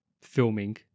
filming